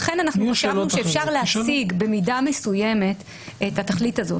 לכן חשבנו שאפשר להשיג במידה מסוימת את התכלית הזאת